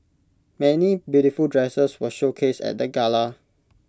many beautiful dresses were showcased at the gala